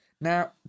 Now